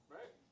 Right